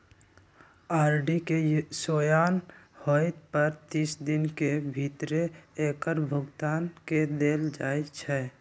RD के सेयान होय पर तीस दिन के भीतरे एकर भुगतान क देल जाइ छइ